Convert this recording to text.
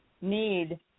need